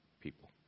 people